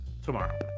Tomorrow